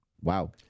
wow